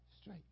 straight